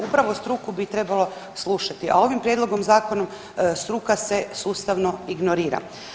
Upravo struku bi trebalo slušati, a ovim prijedlogom zakona struka se sustavno ignorira.